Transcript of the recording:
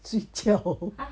睡觉